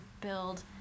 build